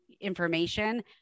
information